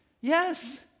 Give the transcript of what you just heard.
Yes